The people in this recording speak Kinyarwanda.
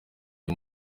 uwo